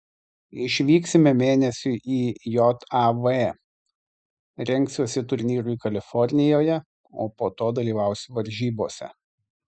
išvyksime mėnesiui į jav rengsiuosi turnyrui kalifornijoje o po to dalyvausiu varžybose